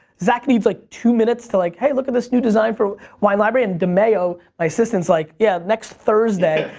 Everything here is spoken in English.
zak needs like two minutes to like, hey look at this new design for wine library, and demayo, my assistant's like, yeah next thursday.